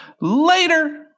later